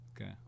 okay